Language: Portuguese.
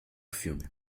filme